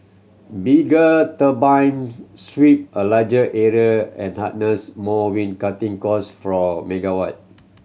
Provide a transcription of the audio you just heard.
bigger turbine sweep a larger area and harness more wind cutting cost from megawatt